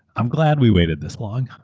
i'm glad we waited this long.